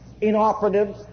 Inoperative